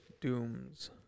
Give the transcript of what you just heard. Doom's